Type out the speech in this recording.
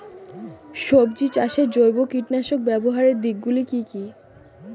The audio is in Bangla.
সবজি চাষে জৈব কীটনাশক ব্যাবহারের দিক গুলি কি কী?